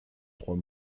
trois